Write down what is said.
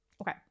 Okay